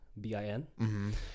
b-i-n